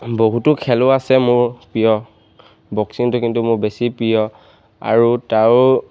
বহুতো খেলো আছে মোৰ প্ৰিয় বক্সিংটো কিন্তু মোৰ বেছি প্ৰিয় আৰু তাৰো